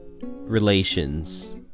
relations